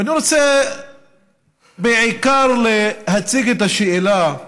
ואני רוצה בעיקר להציג את השאלה: